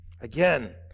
Again